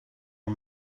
her